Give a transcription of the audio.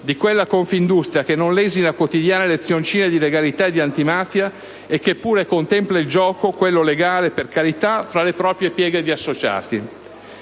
di quella Confindustria che non lesina quotidiane lezioncine di legalità e di antimafia e che pure contempla il gioco, quello legale, per carità, fra le proprie pieghe di associati.